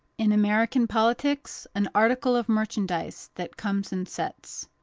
in american politics, an article of merchandise that comes in sets.